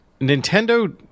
Nintendo